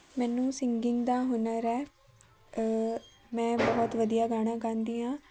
ਮੈਨੂੰ ਸਿੰਗਿੰਗ ਦਾ ਹੁਨਰ ਹੈ ਮੈਂ ਬਹੁਤ ਵਧੀਆ ਗਾਣਾ ਗਾਉਂਦੀ ਹਾਂ